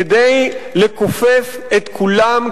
כדי לכופף את כולם,